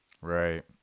Right